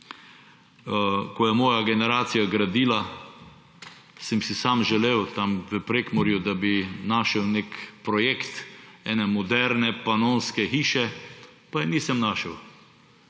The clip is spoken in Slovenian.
Ko je moja generacija gradila, sem si sam želel tam v Prekmurju, da bi našel nek projekt ene moderne panonske hiše, pa je nisem našel.